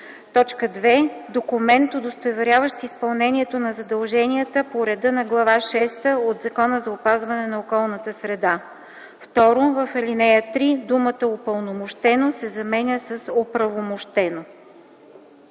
т. 2; 2. документ, удостоверяващ изпълнението на задълженията по реда на Глава шеста от Закона за опазване на околната среда.” 2. В ал. 3 думата „упълномощено” се заменя с „оправомощено”.”